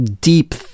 deep